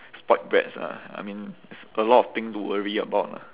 spoilt brats lah I mean it's a lot of things to worry about lah